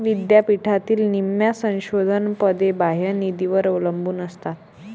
विद्यापीठातील निम्म्या संशोधन पदे बाह्य निधीवर अवलंबून असतात